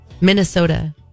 Minnesota